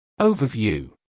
Overview